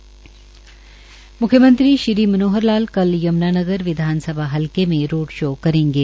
म्ख्यमंत्री श्री मनोहर लाल कल यम्नानगर विधानसभा हलके में रोड शो करेंगे